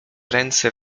ręce